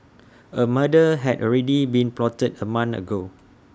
A murder had already been plotted A month ago